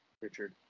Richard